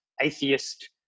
atheist